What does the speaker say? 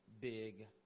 big